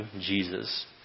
Jesus